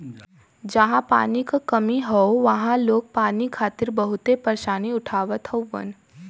जहां पानी क कमी हौ वहां लोग पानी खातिर बहुते परेशानी उठावत हउवन